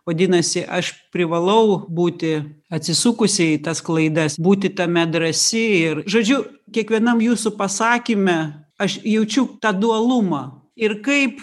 vadinasi aš privalau būti atsisukusi į tas klaidas būti tame drąsi ir žodžiu kiekvienam jūsų pasakyme aš jaučiu tą dualumą ir kaip